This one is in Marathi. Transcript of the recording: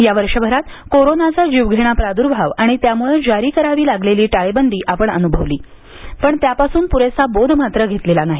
या वर्षभरात कोरोनाचा जीवघेणा प्राद्भाव आणि त्यामुळं जारी करावी लागलेली टाळेबंदी आपण अन्भवली पण त्यापासून पुरेसा बोध मात्र घेतलेला नाही